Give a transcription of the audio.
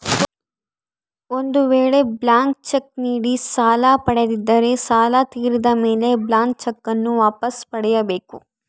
ಒಂದು ವೇಳೆ blank cheque ನೀಡಿ ಸಾಲ ಪಡೆದಿದ್ದರೆ ಸಾಲ ತೀರಿದ ಮೇಲೆ ಬ್ಲಾಂತ್ ಚೆಕ್ ನ್ನು ವಾಪಸ್ ಪಡೆಯ ಬೇಕು